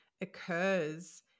occurs